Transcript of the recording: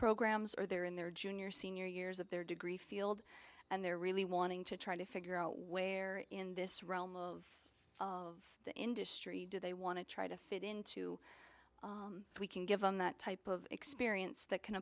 programs or they're in their junior senior years of their degree field and they're really wanting to try to figure out where in this realm of of the industry do they want to try to fit into if we can give them that type of experience that can